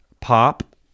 Pop